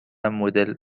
مدل